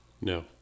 No